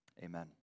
Amen